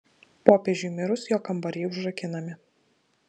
popiežiui mirus jo kambariai užrakinami